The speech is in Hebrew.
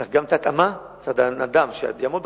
צריך גם התאמה, צריך אדם שיעמוד בכישורים,